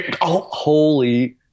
Holy